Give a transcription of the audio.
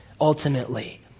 ultimately